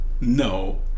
No